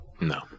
no